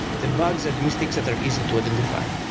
the bugs are mistakes that are easy to identify.